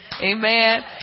amen